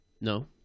No